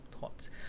thoughts